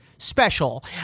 special